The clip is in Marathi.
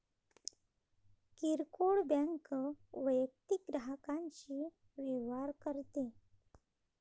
किरकोळ बँक वैयक्तिक ग्राहकांशी व्यवहार करते